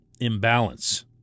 imbalance